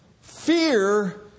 Fear